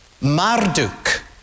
Marduk